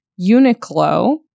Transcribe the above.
Uniqlo